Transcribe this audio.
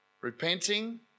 Repenting